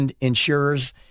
insurers